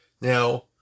Now